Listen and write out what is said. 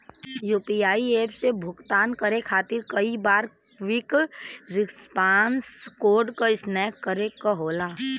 UPI app से भुगतान करे खातिर कई बार क्विक रिस्पांस कोड क स्कैन करे क होला